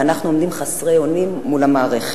ואנחנו עומדים חסרי אונים מול המערכת.